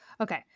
okay